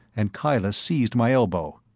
and kyla seized my elbow.